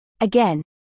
Again